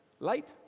light